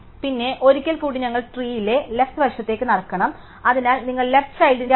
പിന്നെ ഒരിക്കൽ കൂടി ഞങ്ങൾ ട്രീയിലെ ലെഫ്റ് വശത്തേക് നടക്കണം അതിനാൽ നിങ്ങൾ ലെഫ്റ് ചൈൽഡ് ൻറെ അടുത്തേക്ക് നടക്കുക